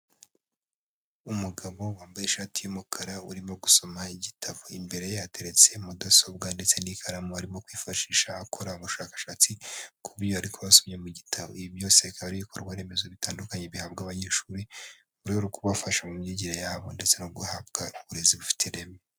Umugabo wambaye ishati y'umukara urimo gusoma igitabo, imbere ye hateretse mudasobwa, ndetse n'ikaramu arimo kwifashisha akora ubushakashatsi kubyo arikuba asomye mu gitabo. Ibi byose bikaba ibikorwaremezo bitandukanye bihabwa abanyeshuri, mu rwego rwo kubafasha mu myigire yabo ndetse no guhabwa uburezi bufite ireme.